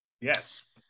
Yes